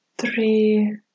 Three